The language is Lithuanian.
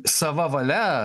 sava valia